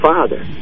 Father